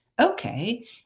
okay